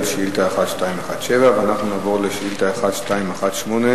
שאילתא 1217. אנחנו נעבור לשאילתא 1218,